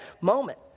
moment